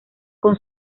con